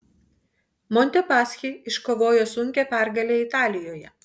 montepaschi iškovojo sunkią pergalę italijoje